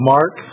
Mark